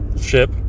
ship